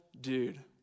dude